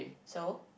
so